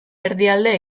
erdialde